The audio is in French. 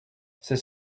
c’est